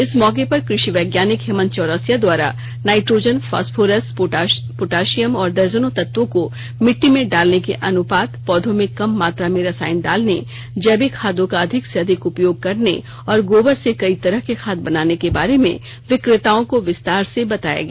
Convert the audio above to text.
इस मौके पर कृषि वैज्ञानिक हेमंत चौरसिया द्वारा नाइट्रोजन फास्फोरस पोटाशियम और दर्जनों तत्वों को मिट्टी में डालने के अनुपात पौधों में कम मात्रा में रसायन डालने जैविक खादों का अधिक से अधिक उपयोग करने और गोबर से कई तरह के खाद बनाने के बारे में विक्रेताओं को विस्तार से बताया गया